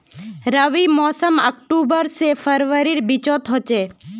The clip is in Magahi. रविर मोसम अक्टूबर से फरवरीर बिचोत होचे